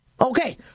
Okay